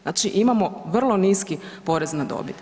Znači, imamo vrlo niski porez na dobit.